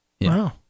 Wow